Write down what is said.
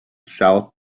south